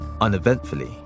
uneventfully